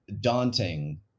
daunting